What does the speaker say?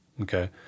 okay